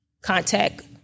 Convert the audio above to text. contact